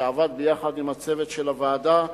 שעבד ביחד עם הצוות של הוועדה,